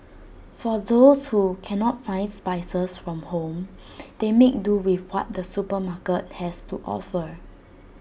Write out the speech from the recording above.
for those who cannot find spices from home they make do with what the supermarket has to offer